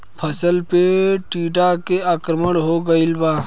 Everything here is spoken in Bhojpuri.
फसल पे टीडा के आक्रमण हो गइल बा?